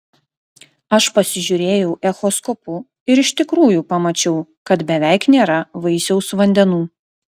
aš pasižiūrėjau echoskopu ir iš tikrųjų pamačiau kad beveik nėra vaisiaus vandenų